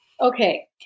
Okay